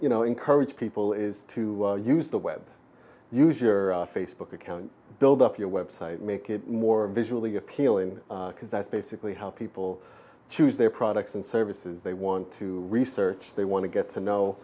to encourage people is to use the web use your facebook account build up your web site make it more visually appealing because that's basically how people choose their products and services they want to research they want to get to know